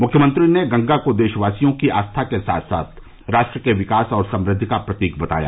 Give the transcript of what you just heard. मुख्यमंत्री ने गंगा को देशवासियों की आस्था के साथ साथ राष्ट्र के विकास और समृद्धि का प्रतीक बताया